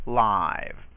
live